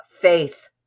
faith